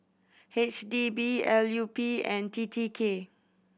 H D B L U P and T T K